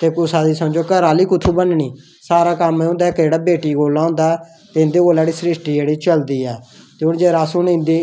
ते कुसै दी समझो घर आह्ली कुत्थां बननी सारा कम्म होंदा जेह्ड़ा ओह् बेटी कोला होंदा ते इंदे कन्नै सृष्टि जेह्ड़ी चलदी ऐ ते जेकर अस इनेंगी